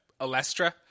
Alestra